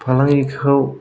फालांगिखौ